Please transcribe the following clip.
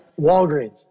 Walgreens